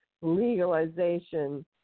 legalization